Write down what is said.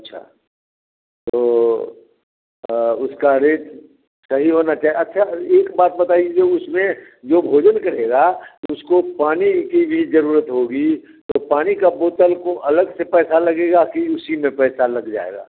अच्छा तो उसका रेट सही होना चाहिए अच्छा एक बात बताइए जो उसमें जो भोजन करेगा उसको पानी की भी ज़रूरत होगी तो पानी का बोतल को अलग से पैसा लगेगा कि उसी में पैसा लग जाएगा